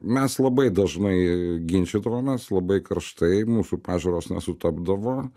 mes labai dažnai ginčydavomės labai karštai mūsų pažiūros nesutapdavo